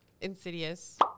Insidious